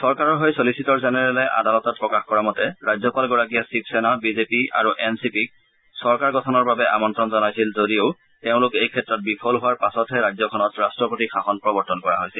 চৰকাৰৰ হৈ ছলিচিটৰ জেনেৰেলে আদালতত প্ৰকাশ কৰা মতে ৰাজ্যপালগৰাকীয়ে শিৱসেনা বিজেপি আৰু এন চি পিক চৰকাৰ গঠনৰ বাবে আমন্তণ জনাইছিল যদিও তেওঁলোক এইক্ষেত্ৰত বিফল হোৱাৰ পাছতহে ৰাজ্যখনত ৰাষ্ট্ৰপতিৰ শাসন প্ৰৱৰ্তন কৰা হৈছিল